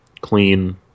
clean